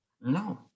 No